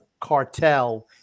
cartel